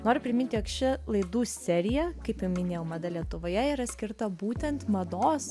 noriu priminti jog ši laidų serija kaip jau minėjau mada lietuvoje yra skirta būtent mados